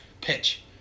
pitch